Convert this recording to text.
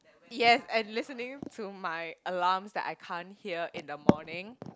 yes and listening to my alarms that I can't hear in the morning